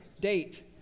Date